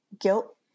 guilt